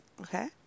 Okay